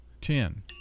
Ten